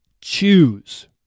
choose